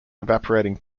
evaporating